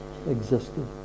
existed